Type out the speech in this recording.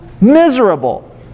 Miserable